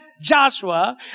Joshua